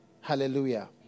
Hallelujah